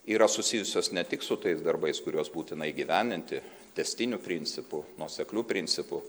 yra susijusios ne tik su tais darbais kuriuos būtina įgyvendinti tęstiniu principu nuosekliu principu